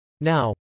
Now